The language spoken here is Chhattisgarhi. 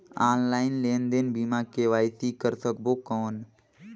ऑनलाइन लेनदेन बिना के.वाई.सी कर सकबो कौन??